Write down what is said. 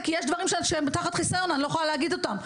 כי יש דברים שהם תחת חיסיון אז אני לא יכולה להגיד אותם.